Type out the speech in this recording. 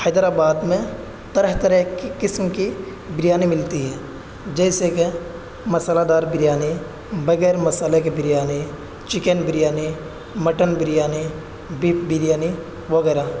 حیدر آباد میں طرح طرح کی قسم کی بریانی ملتی ہے جیسے کہ مصالحہ دار بریانی بغیر مسالے کے biryani chicken biryani mutton biryani beef biryani وغیرہ